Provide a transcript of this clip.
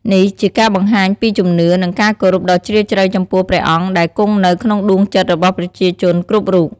នេះជាការបង្ហាញពីជំនឿ និងការគោរពដ៍ជ្រាលជ្រៅចំពោះព្រះអង្គដែលគង់នៅក្នុងដួងចិត្តរបស់ប្រជាជនគ្រប់រូប។